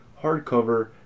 hardcover